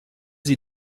sie